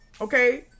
Okay